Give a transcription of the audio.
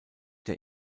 der